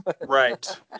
Right